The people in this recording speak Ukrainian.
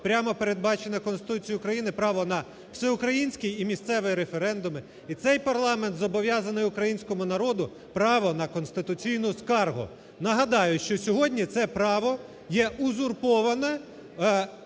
прямо передбачене Конституцією України право на всеукраїнський і місцевий референдуми. І цей парламент зобов'язаний українському народу право на конституційну скаргу. Нагадаю, що сьогодні це право є узурповане